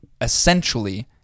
essentially